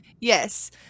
yes